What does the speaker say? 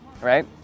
right